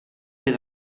per